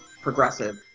progressive